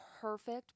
perfect